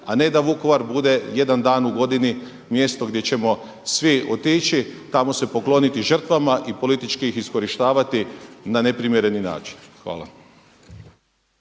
a ne da Vukovar bude jedan dan u godini mjesto gdje ćemo svi otići, tamo se pokloniti žrtvama i politički ih iskorištavati na neprimjereni način. Hvala.